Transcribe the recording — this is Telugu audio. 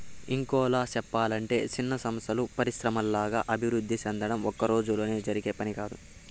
ఇంకోలా సెప్పలంటే చిన్న సంస్థలు పరిశ్రమల్లాగా అభివృద్ధి సెందడం ఒక్కరోజులో జరిగే పని కాదు